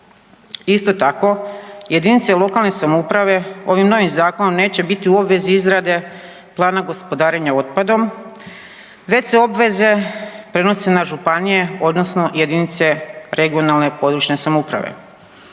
Isto tako, jedinice lokalne samouprave ovim novim zakonom neće biti u obvezi izrade plana gospodarenja otpadom već se obveze prenose na županije odnosno jedinice regionalne (područne) samouprave.